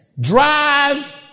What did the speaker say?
Drive